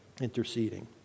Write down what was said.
interceding